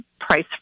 price